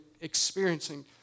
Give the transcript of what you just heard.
experiencing